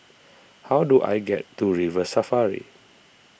how do I get to River Safari